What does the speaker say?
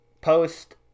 post